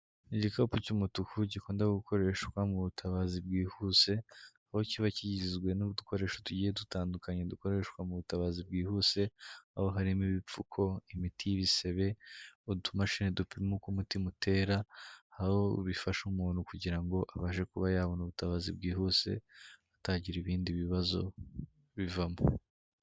Ni igikapu cy'umutuku gikunda gukoreshwa mu butabazi bwihuse, aho kiba kigizwe n'udukoresho tugiye dutandukanye dukoreshwa mu butabazi bwihuse, aho harimo ibipfuko, imiti y'ibisebe, utumashini dupima uko umutima utera, aho bifasha umuntu kugira ngo abashe kuba yabona ubutabazi bwihuse, hatagira ibindi bibazo bivamo.